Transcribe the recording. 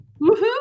Woohoo